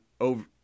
Over